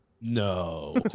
No